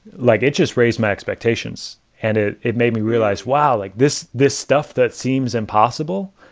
like it just raised my expectations and it it made me realize, wow, like this, this stuff that seems impossible?